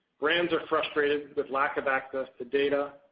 brands are frustrated with lack of access to data,